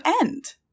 end